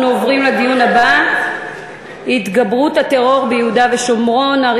אנחנו עוברים לדיון הבא: התגברות הטרור ביהודה ושומרון,